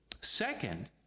Second